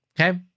Okay